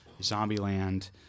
Zombieland